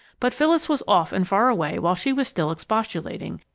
but phyllis was off and far away while she was still expostulating,